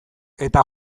eta